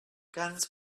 guns